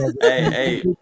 hey